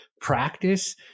practice